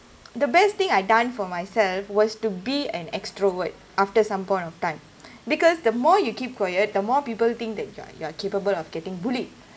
the best thing I've done for myself was to be an extrovert after some point of time because the more you keep quiet the more people think that you're you're capable of getting bullied